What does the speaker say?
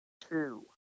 two